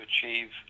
achieve